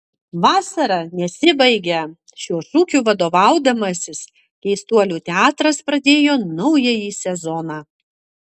vasara nesibaigia šiuo šūkiu vadovaudamasis keistuolių teatras pradėjo naująjį sezoną